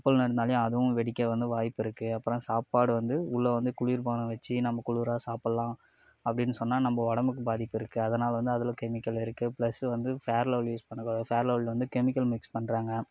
ஓப்பனில் இருந்தால் அதுவும் வெடிக்க வந்து வாய்ப்பிருக்கு அப்புறம் சாப்பாடு வந்து உள்ளே வந்து குளிர்பானம் வச்சு நம்ம குளிராக சாப்பிட்லாம் அப்படினு சொன்னால் நம்ம உடம்புக்கு பாதிப்பிருக்கு அதனால் வந்து அதில் கெமிக்கல் இருக்கு ப்ளஸு வந்து ஃபேர் அண்ட் லவ்லி யூஸ் பண்ணுறதோ ஃபேர் அண்ட் லவ்லியில் வந்து கெமிக்கல் மிக்ஸ் பண்ணுறாங்க